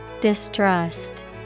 Distrust